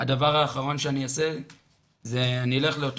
הדבר האחרון שאני אעשה זה אני אלך לאותו